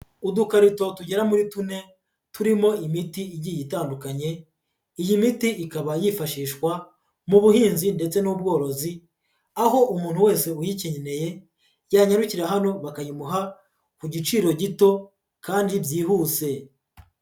Udukarito tugera muri tune, turimo imiti igiye itandukanye, iyi miti ikaba yifashishwa mu buhinzi ndetse n'ubworozi, aho umuntu wese uyikeneye, yanyarukira hano bakayimuha ku giciro gito kandi byihuse.